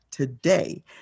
Today